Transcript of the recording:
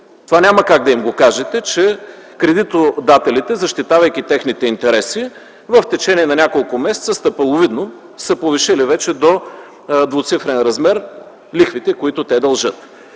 Това няма как да им го кажете - че кредитодателите, защитавайки техните интереси, в течение на няколко месеца, стъпаловидно са повишили вече до двуцифрен размер лихвите, които те дължат.